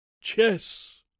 Chess